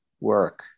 work